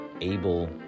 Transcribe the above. able